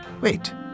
wait